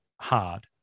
hard